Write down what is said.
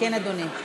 כן, אדוני.